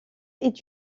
est